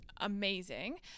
amazing